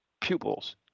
pupils